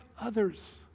others